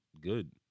good